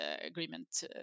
Agreement